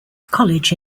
college